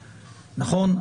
נכון?